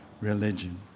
religion